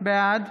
בעד